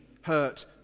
hurt